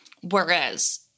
Whereas